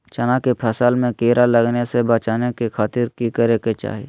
चना की फसल में कीड़ा लगने से बचाने के खातिर की करे के चाही?